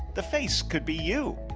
the face could be you.